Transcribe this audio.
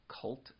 cult